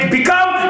become